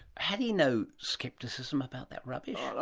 had he no scepticism about that rubbish? but